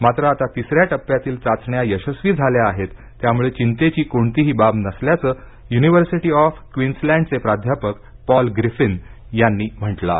मात्र आता तिसऱ्या टप्प्यातील चाचण्या यशस्वी झाल्या आहेत त्यामुळे चिंतेची कोणतीही बाब नसल्याचं यूनिवर्सिटी ऑफ क्वींसलैंड चे प्राध्यापक पॉल ग्रिफिन यांनी म्हटलं आहे